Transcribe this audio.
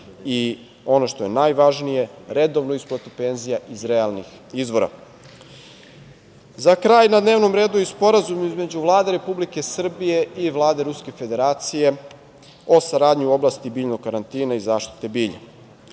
i ono što je najvažnije, redovnu isplatu penzija iz realnih izvora.Za kraj, na dnevnom redu i Sporazum između Vlade Republike Srbije i Vlade Ruske Federacije o saradnji u oblasti biljnog karantina i zaštite